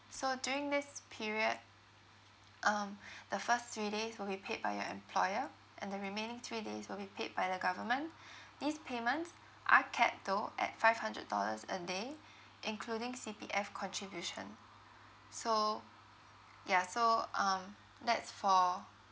so during this period um the first three days will be paid by your employer and the remaining three days will be paid by the government these payments are capped though at five hundred dollars a day including C_P_F contribution so ya so um that's for